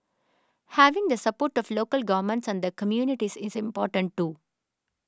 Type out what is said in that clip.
having the support of local governments and the communities is important too